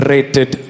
Rated